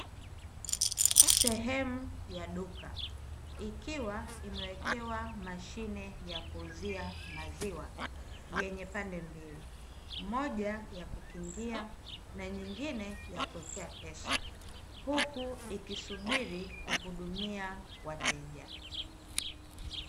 Sehemu ya duka ikiwa imewekewa mashine ya kuuzia maziwa, yenye pande mbili moja ya kukingia na nyingine ya kuwekea pesa, huku ikisubiri kuhudumia wateja.